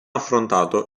affrontato